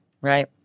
Right